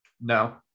No